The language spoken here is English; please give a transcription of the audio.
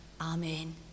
Amen